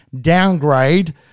downgrade